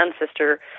ancestor